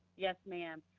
yes, ma'am.